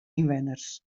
ynwenners